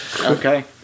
Okay